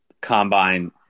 combine